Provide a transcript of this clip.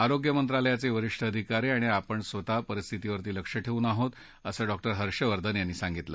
आरोग्यमंत्रालयाचे वरिष्ठ अधिकारी आणि आपण स्वतः परिस्थितीवर लक्ष ठेवून आहोत असं डॉ हर्षवर्धन यांनी सांगितलं